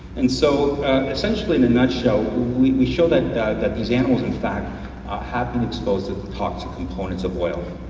and so essentially in a nutshell, we show that that these animals in fact have been exposed to the toxic components of oil.